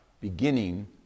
beginning